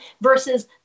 versus